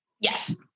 Yes